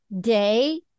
day